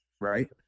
Right